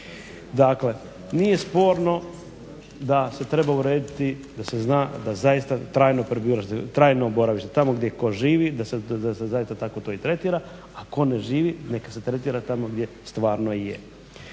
Dakle, nije sporno da se treba urediti da se zna da zaista trajno boravište tamo gdje tko živi, da se zaista tako to i tretira, a tko ne živi neka se tretira tamo gdje stvarno i je.